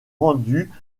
rendus